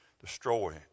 destroy